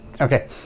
okay